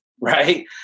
Right